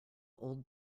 old